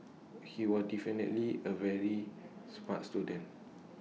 he were definitely A very smart student